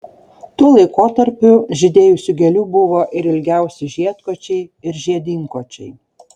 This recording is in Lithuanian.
tuo laikotarpiu žydėjusių gėlių buvo ir ilgiausi žiedkočiai ar žiedynkočiai